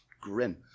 grim